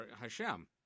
Hashem